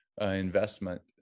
investment